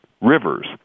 rivers